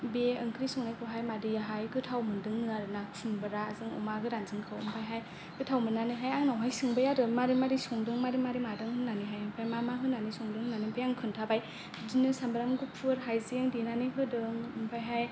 बे ओंख्रि संनायखौहाय मादैयाहाय गोथाव मोन्दोंनो आरोना खुमब्रा जों अमा गोरानजोंखौ ओमफायहाय गोथाव मोननानै आंनावहाय सोंबाय आरो मारै मारै संन्दों मारै मारै मादों होननानै हाय ओमफाय मा मा होनानै संदों होननानै ओमफाय आं खोन्थाबाय बिदिनो सामब्राम गुफुर हायजें देनानैहाय होदों ओमफायहाय